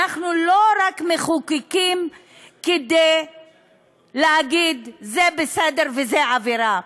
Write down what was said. אנחנו לא רק מחוקקים כדי להגיד זה בסדר וזה עבירה,